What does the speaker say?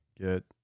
get